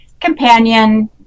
companion